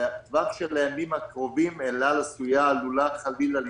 בטווח של הימים הקרובים אל-על עלולה חלילה להיסגר.